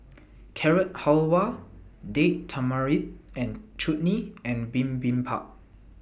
Carrot Halwa Date Tamarind and Chutney and Bibimbap